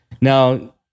Now